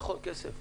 נכון, כסף.